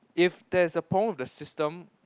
if there's a problem with the system